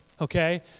Okay